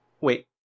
wait